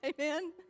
Amen